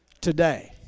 today